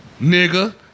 nigga